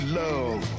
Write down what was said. love